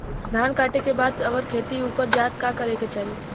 धान कांटेके बाद अगर खेत उकर जात का करे के चाही?